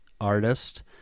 artist